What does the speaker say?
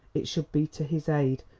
it should be to his aid,